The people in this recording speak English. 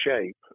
shape